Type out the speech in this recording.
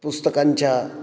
पुस्तकांच्या